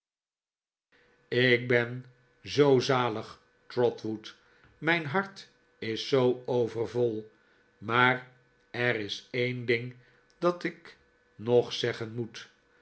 ik ben zoo zalig trotwood mijn hart is zoo overvol maar er is een ding dat ik nog zeggen moet